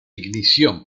ignición